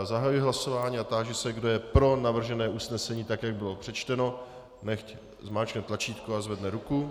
Zahajuji hlasování a táži se, kdo je pro navržené usnesení tak, jak bylo přečteno, nechť zmáčkne tlačítko a zvedne ruku.